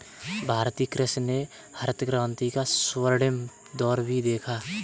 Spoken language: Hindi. भारतीय कृषि ने हरित क्रांति का स्वर्णिम दौर भी देखा